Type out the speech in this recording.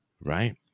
right